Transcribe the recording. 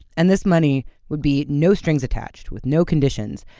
and this money would be no strings attached, with no conditions.